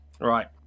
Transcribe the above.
right